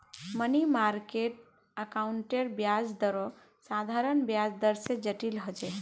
money market अकाउंटेर ब्याज दरो साधारण ब्याज दर से जटिल होचे